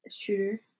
shooter